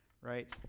right